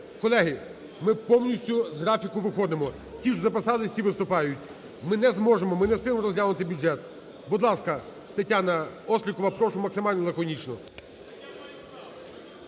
Колеги, ми повністю з графіку виходимо. Ті, що записались, ті виступають. Ми не зможемо, ми не встигнемо розглянути бюджет. Будь ласка, Тетяна Острікова, прошу максимально лаконічно.